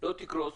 לא תקרוס,